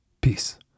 peace